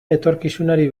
etorkizunari